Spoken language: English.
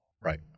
Right